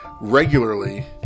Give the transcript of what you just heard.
regularly